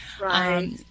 Right